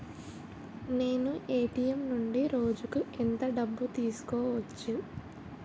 నేను ఎ.టి.ఎం నుండి రోజుకు ఎంత డబ్బు తీసుకోవచ్చు?